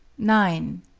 nine.